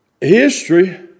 History